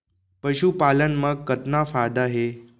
पशुपालन मा कतना फायदा हे?